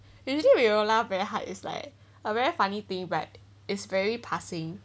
usually we will laugh very hard is like a very funny thing but it's very passing